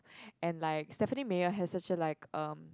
and like Stephenie-Meyer has a session like um